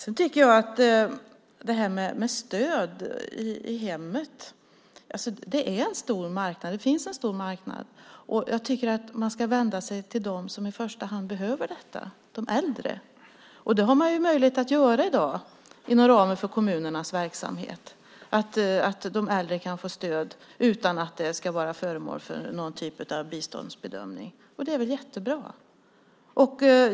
För stöd i hemmet finns det en stor marknad, och jag tycker att man ska vända sig till dem som i första hand behöver detta, de äldre. Det har man möjlighet att göra i dag, inom ramen för kommunernas verksamhet. De äldre kan få stöd utan att det ska vara föremål för någon typ av biståndsbedömning. Det är väl jättebra.